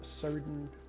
certain